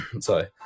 Sorry